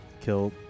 kill